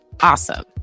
awesome